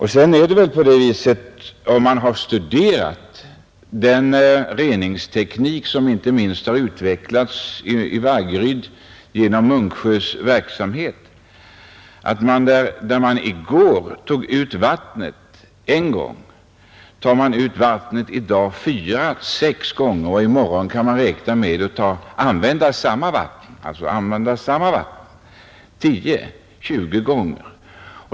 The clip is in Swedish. Den som har studerat den reningsteknik, som utvecklats inte minst i Vaggeryd genom Munksjös verksamhet, vet att där man i går tog ut vattnet en gång tar man i dag ut det 4—6 gånger, och i morgon kan man räkna med att använda samma vatten 10—20 gånger.